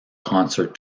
concert